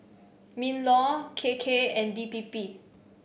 Minlaw K K and D P P